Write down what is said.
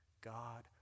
God